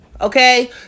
Okay